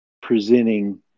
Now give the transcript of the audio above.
presenting